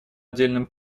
отдельным